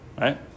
right